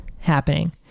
happening